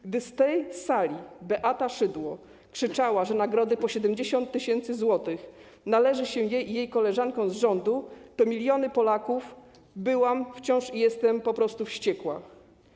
Gdy z tej sali Beata Szydło krzyczała, że nagrody po 70 tys. zł należą się jej koleżankom z rządu, to jak miliony Polaków byłam i wciąż jestem po prostu wściekła.